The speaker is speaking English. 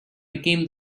became